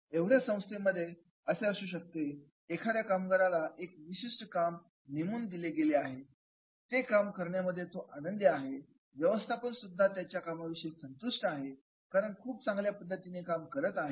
एखाद्या संस्थेत असे असू शकते एखाद्या कामगाराला एक विशिष्ट काम नेमून दिलेले आहे ते काम करणा मध्ये तो आनंदी आहे व्यवस्थापन सुद्धा त्याच्या कामाविषयी संतुष्ट आहे कारण खूप चांगल्या पद्धतीने काम करत आहे